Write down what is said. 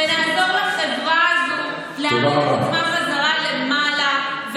ונעזור לחברה הזו להעמיד את עצמה בחזרה למעלה,